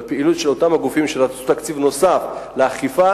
בפעילות של אותם הגופים שרצו תקציב נוסף לאכיפה,